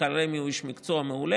מנכ"ל רמ"י הוא איש מקצוע מעולה,